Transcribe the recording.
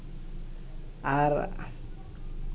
ᱟᱨ